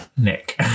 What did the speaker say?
Nick